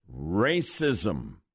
Racism